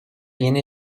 yeni